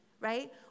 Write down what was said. right